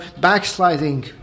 backsliding